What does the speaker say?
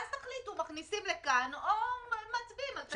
ואז תחליטו אם מכניסים לכאן או מצביעים על התקנות.